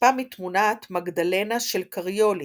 הושפע מתמונת מגדלנה של קריולי,